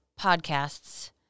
podcasts